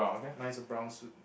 mine is a brown suit